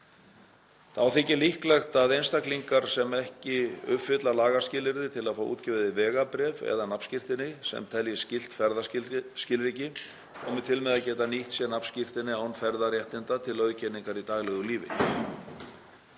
Þá þykir líklegt að einstaklingar sem ekki uppfylla lagaskilyrði til að fá útgefið vegabréf eða nafnskírteini sem telst gilt ferðaskilríki komi til með að geta nýtt sér nafnskírteini án ferðaréttinda til auðkenningar í daglegu lífi.